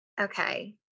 Okay